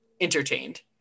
entertained